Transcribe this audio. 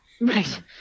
Right